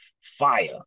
fire